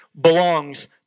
belongs